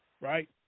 right